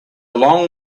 long